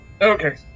Okay